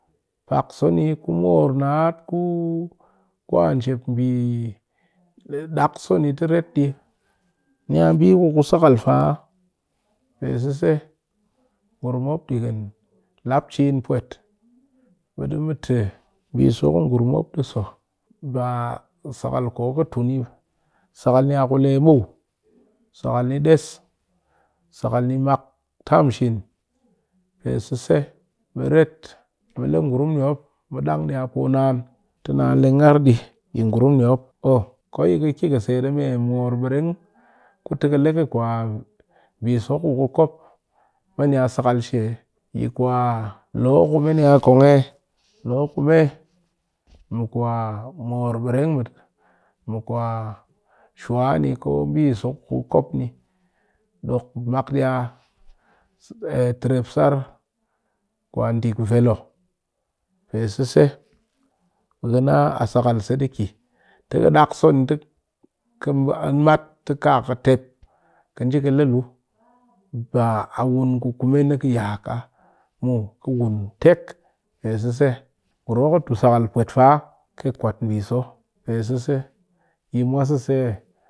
Pak so ni ku moor naat kwa njep bi dak so ni te so ni ret di niya mbi ku niya ku sakal faa pe sese ngurum mop dighin lap chin pwet, ɓɨ du mu te sakal ku mop poo tuni niya ku le muw sakal ni des sakal mak tamshin pe sese be ret mu le ngurum ni mop mu dang diya poo naan tɨ naan leng arr ɗɨ yi ngurum ni mop o ko yi ka kɨ ka set a me moor bereng ku te ka le di ka biso ku ka kop lo kume niya kong aye lo kume mɨ kwa shuwa ni ko mbiso ku ka kop ni dok mak diya terap sar kwa dick vel o pe sese ɓe ka na a sakal se dɨ te ka dak so ni mat ti kaa ka tep ka nji ka le luu ba wun ku kume ni kɨ ya ka muw kɨ wun tak, pee sese ngurum mop kɨ tu sakal pwet faa ƙɨ kwat bɨ so pee sise.